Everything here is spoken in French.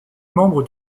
membre